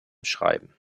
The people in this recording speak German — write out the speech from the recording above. schreiben